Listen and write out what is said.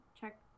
Check